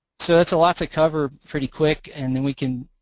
so that's a lot to cover pretty quick and then we can,